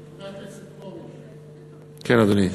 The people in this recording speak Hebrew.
חבר הכנסת פרוש, כן, אדוני.